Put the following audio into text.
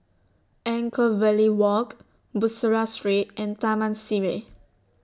Anchorvale Walk Bussorah Street and Taman Sireh